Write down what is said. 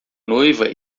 noiva